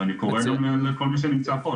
ואני קורא גם לכל מי שנמצא פה,